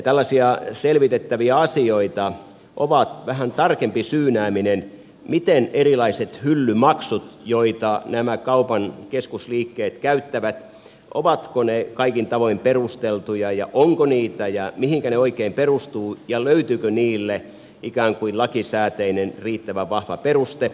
tällaisia selvitettäviä asioita ovat vähän tarkempi syynääminen ovatko erilaiset hyllymaksut joita nämä kaupan keskusliikkeet käyttävät kaikin tavoin perusteltuja ja onko niitä ja mihinkä ne oikein perustuvat ja löytyykö niille ikään kuin lakisääteinen riittävän vahva peruste